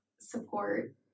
support